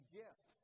gift